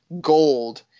gold